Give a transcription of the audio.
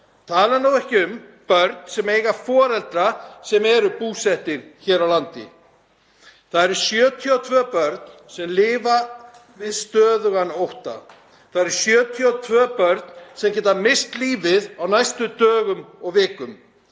tala nú ekki um börn sem eiga foreldra sem eru búsettir hér á landi. Það eru 72 börn sem lifa við stöðugan ótta. Það eru 72 börn sem geta misst lífið á næstu dögum og vikum.